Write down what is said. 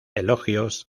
elogios